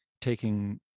taking